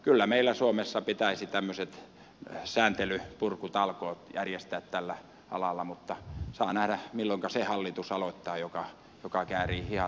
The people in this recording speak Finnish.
kyllä meillä suomessa pitäisi sääntelynpurkutalkoot järjestää tällä alalla mutta saa nähdä milloinka aloittaa se hallitus joka käärii hihat ja tekee sen